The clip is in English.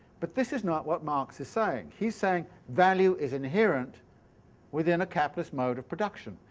but this is not what marx is saying, he's saying value is inherent within a capitalist mode of production.